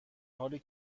حالی